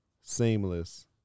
Seamless